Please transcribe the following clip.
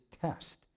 test